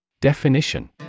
Definition